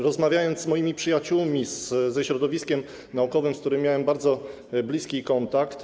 Rozmawiałem z moimi przyjaciółmi ze środowiska naukowego, z którym miałem bardzo bliski kontakt.